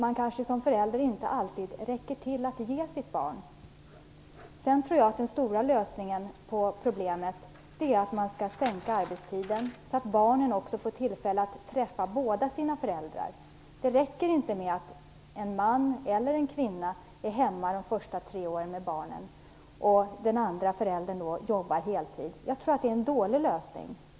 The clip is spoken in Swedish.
En förälder kanske inte alltid räcker till när det gäller att ge barnet det. Lösningen på problemet tror jag är att sänka arbetstiden så att barnen får tillfälle att träffa båda sina föräldrar. Det räcker inte med att en man eller en kvinna är hemma de första tre åren med barnet, medan den andre föräldern jobbar heltid. Jag tror att det är en dålig lösning.